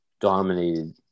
dominated